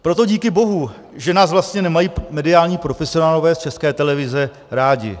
Proto díky bohu, že nás vlastně nemají mediální profesionálové z České televize rádi.